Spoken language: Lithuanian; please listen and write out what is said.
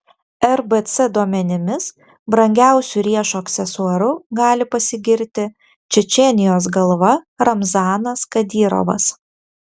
rbc duomenimis brangiausiu riešo aksesuaru gali pasigirti čečėnijos galva ramzanas kadyrovas